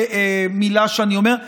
מילה שאני אומר.